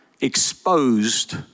exposed